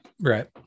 Right